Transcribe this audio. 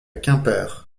quimper